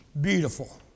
beautiful